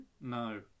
No